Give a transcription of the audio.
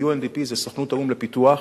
ה-UNDP זה סוכנות האו"ם לפיתוח